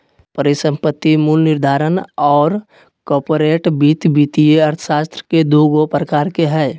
परिसंपत्ति मूल्य निर्धारण और कॉर्पोरेट वित्त वित्तीय अर्थशास्त्र के दू गो प्रकार हइ